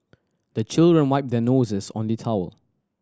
the children wipe their noses on the towel